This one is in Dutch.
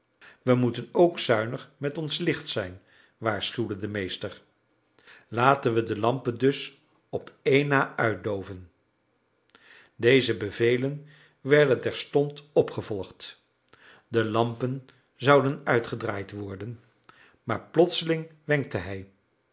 wij moeten ook zuinig met ons licht zijn waarschuwde de meester laten we de lampen dus op een na uitdooven deze bevelen werden terstond opgevolgd de lampen zouden uitgedraaid worden maar plotseling wenkte hij